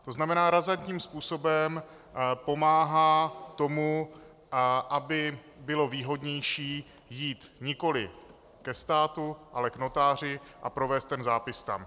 To znamená razantním způsobem pomáhá tomu, aby bylo výhodnější jít nikoli ke státu, ale k notáři a provést ten zápis tam.